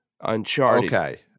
uncharted